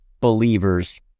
believers